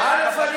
אין מחלוקת,